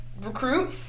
recruit